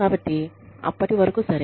కాబట్టి అప్పటి వరకు సరే